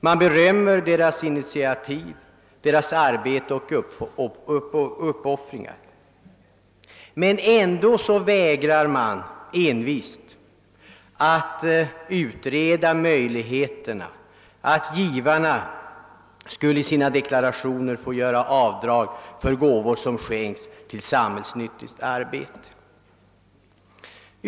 Man berömmer deras initiativ, deras arbete och uppoffringar, men ändå vägrar man envist att utreda möjligheterna att givarna skulle i sina deklarationer få göra avdrag för gåvor som skänkts till samhällsnyttigt arbete.